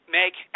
make